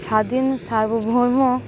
স্বাধীন সার্বভৌম